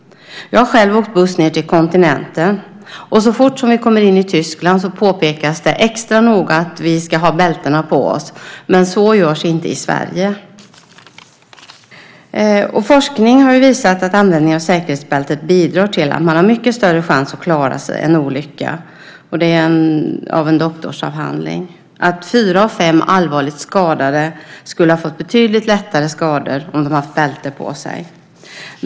Jag har själv åkt buss ned till kontinenten. Så fort vi kommer in i Tyskland påpekas det extra noga att vi ska ha bältena på oss. Men så görs inte i Sverige. Forskning - en doktorsavhandling - har visat att användning av säkerhetsbälte bidrar till att man har mycket större chans att klara sig i en olycka. Fyra av fem allvarligt skadade skulle fått betydligt lättare skador om de hade haft bälte på sig.